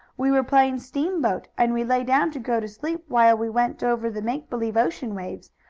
we were playing steamboat, and we lay down to go to sleep while we went over the make-believe ocean waves.